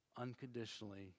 unconditionally